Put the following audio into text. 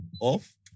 Off